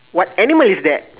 what animal is that